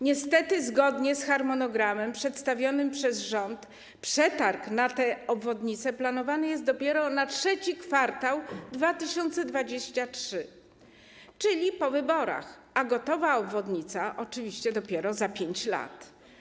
Niestety zgodnie z harmonogramem przedstawionym przez rząd, przetarg na tę obwodnice planowany jest dopiero na III kwartał 2023 r., czyli po wyborach, a gotowa obwodnica - oczywiście dopiero za 5 lat.